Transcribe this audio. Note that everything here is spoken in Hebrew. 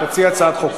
תציע הצעת חוק.